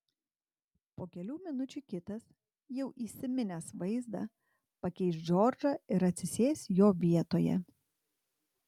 po kelių minučių kitas jau įsiminęs vaizdą pakeis džordžą ir atsisės jo vietoje